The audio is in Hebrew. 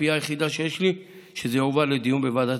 הציפייה היחידה שיש לי היא שזה יועבר לדיון בוועדת